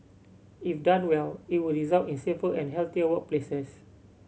if done well it would result in safer and healthier workplaces